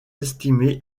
estimée